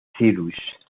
cyrus